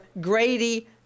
Grady